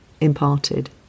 imparted